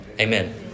Amen